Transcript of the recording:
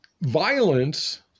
violence